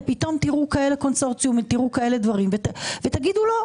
פתאום תראו כאלה קונצרנים ותראו כאלה דברים ותגידו לא.